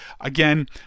again